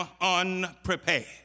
unprepared